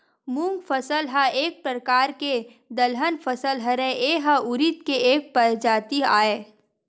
मूंग फसल ह एक परकार के दलहन फसल हरय, ए ह उरिद के एक परजाति आय